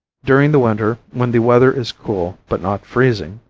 during the winter, when the weather is cool but not freezing,